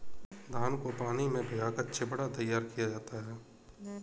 धान को पानी में भिगाकर चिवड़ा तैयार किया जाता है